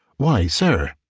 why, sir,